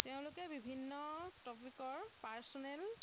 তেওঁলোকে বিভিন্ন টপিকৰ পাৰ্চনেল